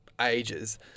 ages